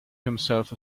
himself